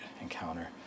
encounter